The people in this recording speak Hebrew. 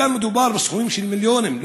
וכאן מדובר בסכומים של מיליונים,